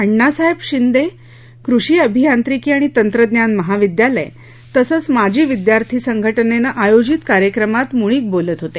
अण्णासाहेब शिंदे कृषि आभियांत्रिकी आणि तंत्रज्ञान महाविद्यालय तसंच माजी विद्यार्थी संघटनेनं आयोजित कार्यक्रमात मुळीक बोलत होते